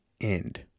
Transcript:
end